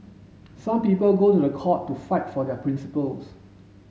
some people go to the court to fight for their principles